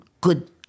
good